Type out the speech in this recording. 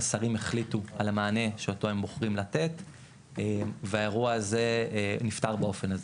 השרים החליטו על המענה שאותו הם בוחרים לתת והאירוע הזה נפתר באופן הזה.